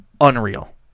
unreal